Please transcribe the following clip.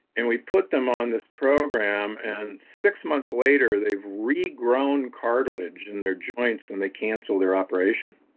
and we put them on this program, and six months later they've regrown cartilage in their joints and they cancel their operation